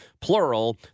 plural